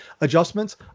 adjustments